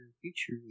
future